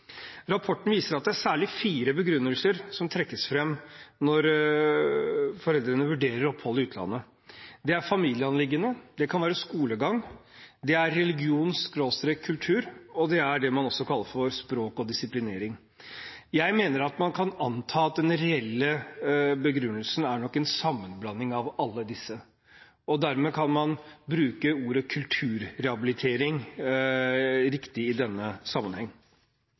Rapporten viser at det er særlig fire begrunnelser som trekkes fram når foreldrene vurderer opphold i utlandet. Det er familieanliggender, det er skolegang, det er religion/kultur, og det er det man kaller språk og disiplinering. Jeg mener at man kan anta at den reelle begrunnelsen er en sammenblanding av alle disse. Dermed kan man bruke ordet «kulturrehabilitering» riktig i denne